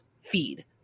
feed